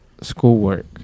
schoolwork